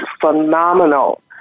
phenomenal